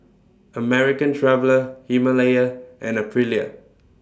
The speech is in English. American Traveller Himalaya and Aprilia